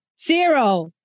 zero